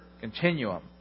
continuum